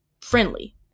friendly